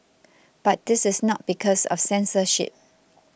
but this is not because of censorship